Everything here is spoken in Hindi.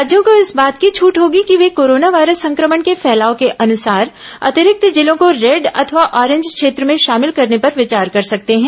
राज्यों को इस बात की छूट होगी कि वे कोरोना वायरस संक्रमण के फैलाव के अनुसार अतिरिक्त जिलों को रेड अथवा ऑरेंज क्षेत्र में शामिल करने पर विचार कर सकते हैं